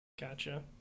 gotcha